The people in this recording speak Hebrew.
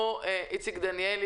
ואיציק דניאל,